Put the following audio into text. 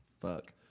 Fuck